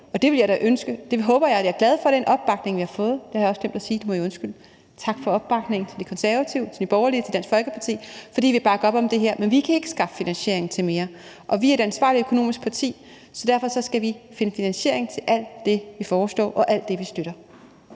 det, vi kan finansiere. Jeg er glad for den opbakning, vi har fået – det har jeg også glemt at sige, det må I undskylde. Tak for opbakningen til De Konservative, til Nye Borgerlige, til Dansk Folkeparti, altså for at ville bakke op om det her, men vi kan ikke skaffe finansiering til mere. Vi er et ansvarligt økonomisk parti, så derfor skal vi finde finansiering til alt det, vi foreslår, og alt det, vi støtter.